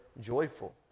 joyful